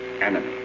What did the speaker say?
enemy